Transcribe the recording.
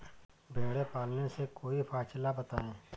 भेड़े पालने से कोई पक्षाला बताएं?